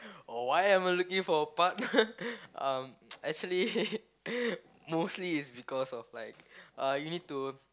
oh why am I looking for a partner um actually mostly is because of like uh you need to